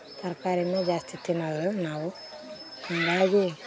ತರ್ಕಾರಿ ಜಾಸ್ತಿ ತಿನ್ನೋದು ನಾವು